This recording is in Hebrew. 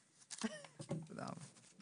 אימאן.